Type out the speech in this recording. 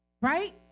right